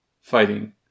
fighting